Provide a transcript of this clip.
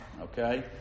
okay